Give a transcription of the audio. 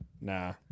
Nah